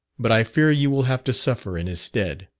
but i fear you will have to suffer in his stead.